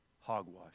hogwash